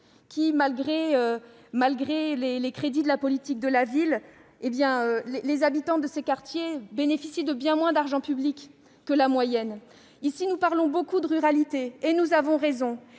Malgré les crédits de la politique de la ville, les habitants de ces quartiers bénéficient en effet de bien moins d'argent public que la moyenne. Nous parlons beaucoup des territoires ruraux ici, et nous avons raison,